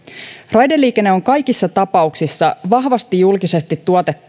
raideliikenne on kaikissa tapauksissa vahvasti julkisesti